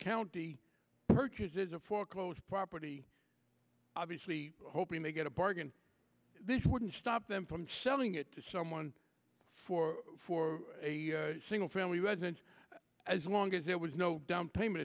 county purchases a foreclosed property obviously hoping they get a bargain this wouldn't stop them from selling it to someone for for a single family residence as long as there was no downpayment